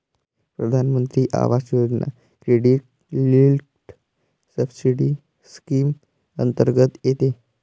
प्रधानमंत्री आवास योजना क्रेडिट लिंक्ड सबसिडी स्कीम अंतर्गत येते